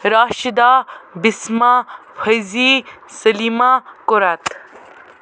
Rashida Bisma Fauzi Salima Qurat